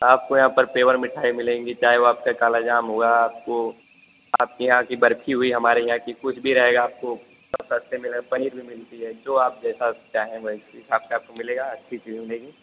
आपको यहॉँ पर फेवर मिठाई मिलेंगी चाहे वो आपका काला जाम हुआ आपको आपके यहाँ की बर्फी हुई हमारे यहाँ की कुछ भी रहेगा आपको सब सस्ते में मिलेगा पनीर भी मिलती है जो आप जैसा चाहे उस हिसाब से आपको मिलेगा अच्छी चीज मिलेगी